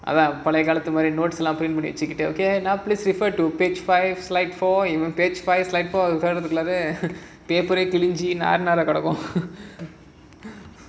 பழைய காலத்துல மாதிரி:palaya kaalathula maadhiri okay now please refer to page five slide four கிழிஞ்சி நார் நாரா கெடக்கும்:kilinchi naar naara kedakkum